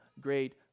great